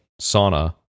sauna